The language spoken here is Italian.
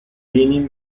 vieni